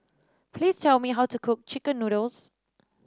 please tell me how to cook chicken noodles